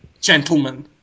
Gentlemen